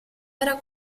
era